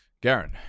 Garen